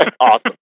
awesome